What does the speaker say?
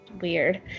weird